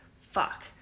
fuck